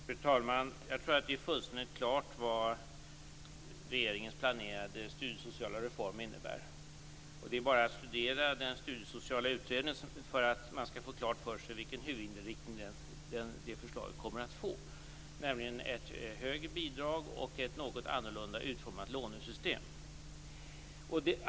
Fru talman! Jag tror att det är fullständigt klart vad regeringens planerade studiesociala reform innebär. Det är bara att studera den studiesociala utredningen för att man skall få klart för sig vilken huvudinriktning det förslaget kommer att få, nämligen ett högre bidrag och ett något annorlunda utformat lånesystem.